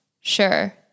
Sure